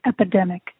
epidemic